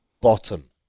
Bottom